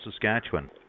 Saskatchewan